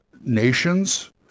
nations